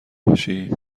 باشی